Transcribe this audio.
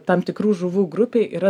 tam tikrų žuvų grupei yra